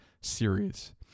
series